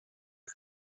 ist